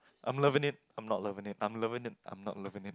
I'm loving it I'm not loving it I'm loving it I'm not loving it